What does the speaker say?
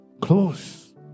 close